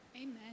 Amen